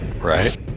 Right